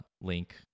link